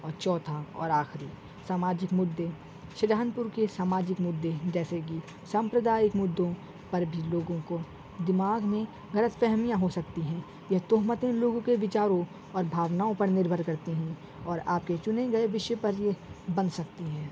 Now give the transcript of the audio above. اور چوتھا اور آخری ساماجک مدے شاہ جہان پور کے ساماجک مدے جیسے کہ سامپردائک مدوں پر بھی لوگوں کو دماغ میں غلط فہمیاں ہو سکتی ہیں یہ تہمتیں لوگوں کے بچاروں اور بھاوناؤں پر نربھر کرتی ہیں اور آپ کے چنے گئے وشے پر یہ بن سکتی ہیں